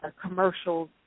commercials